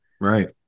right